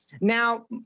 now